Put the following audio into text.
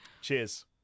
Cheers